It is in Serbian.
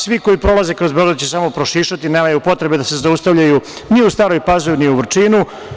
Svi koji prolaze kroz Beograd će samo prošišati, nemaju potrebe da se zaustavljaju ni u Staroj Pazovi, ni u Vrčinu.